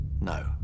No